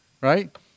right